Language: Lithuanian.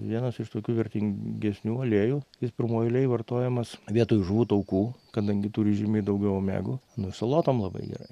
vienas iš tokių vertingesnių aliejų jis pirmoj eilėj vartojamas vietoj žuvų taukų kadangi turi žymiai daugiau omegų nu salotom labai gerai